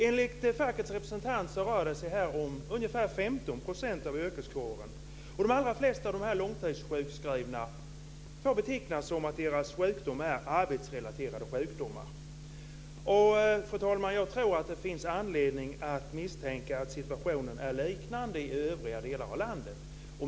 Enligt fackets representant rör det sig om ungefär 15 % av yrkeskåren. I fråga om de allra flesta av de långtidssjukskrivna får man beteckna det som att det rör sig om arbetsrelaterade sjukdomar. Fru talman! Jag tror att det finns anledning att misstänka att situationen är likartad i övriga delar av landet.